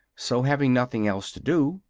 so, having nothing else to do,